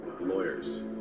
lawyers